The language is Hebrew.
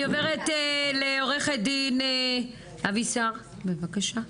אני עוברת לעו"ד אבישר, בבקשה.